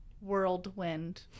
whirlwind